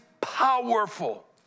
powerful